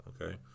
okay